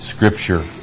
Scripture